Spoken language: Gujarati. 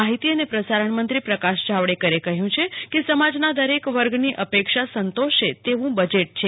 માહિતી અને પ્રસારણ મંત્રી પ્રકાશ જાવડેકરે કહ્યું છે કે સમાજના દરેક વર્ગની અપેક્ષા સંતોષે તેવું બજેટ છે